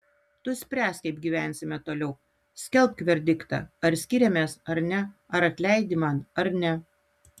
tu spręsk kaip gyvensime toliau skelbk verdiktą ar skiriamės ar ne ar atleidi man ar ne